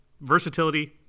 versatility